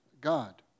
God